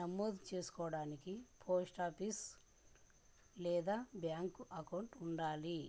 నమోదు చేసుకోడానికి పోస్టాఫీస్ లేదా బ్యాంక్ అకౌంట్ ఉండాలి